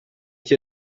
cyo